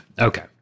Okay